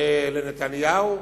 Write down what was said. לנתניהו?